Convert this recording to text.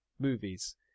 Movies